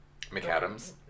McAdams